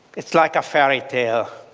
it's like a fairy tale,